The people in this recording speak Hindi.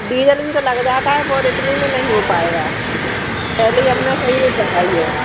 डीजल भी तो लग जाता है बहुत इतने में नहीं हो पाएगा पहले ही हमने सही रेट बताई है